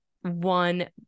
one